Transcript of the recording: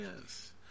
yes